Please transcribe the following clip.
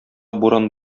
буран